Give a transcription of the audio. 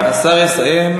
השר יסיים,